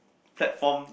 platform